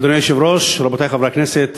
אדוני היושב-ראש, חברי הכנסת,